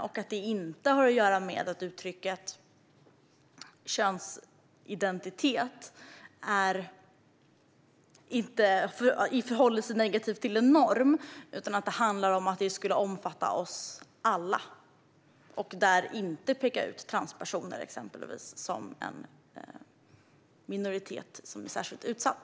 Det handlar inte om att uttrycket "könsöverskridande identitet" förhåller sig negativt till en norm, utan det handlar om att det skulle omfatta oss alla och därmed inte peka ut exempelvis transpersoner som en minoritet som är särskilt utsatt.